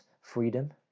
freedom